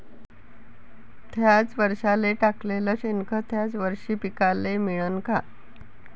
थ्याच वरसाले टाकलेलं शेनखत थ्याच वरशी पिकाले मिळन का?